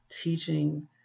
teaching